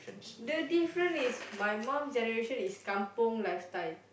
the difference is my mum's generation is kampung lifestyle